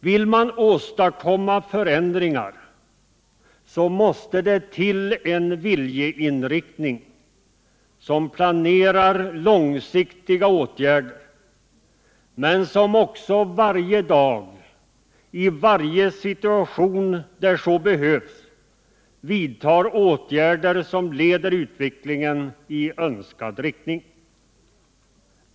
Vill man åstadkomma förändringar, så måste det till en viljeinriktning som planerar långsiktiga åtgärder, men som också varje dag i varje situation där så behövs vidtar åtgärder som leder utvecklingen i önskad riktning.